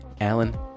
alan